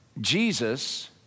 Jesus